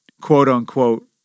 quote-unquote